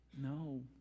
No